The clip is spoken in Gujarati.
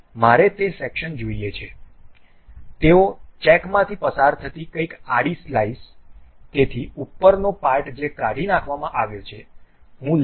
મારે તે સેક્શન જોઈએ છે તેઓ ચેક માંથી પસાર થતી કંઈક આડી સ્લાઈસ તેથી ઉપરનો પાર્ટ જે કાઢી નાખવામાં આવ્યો છે